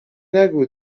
نگو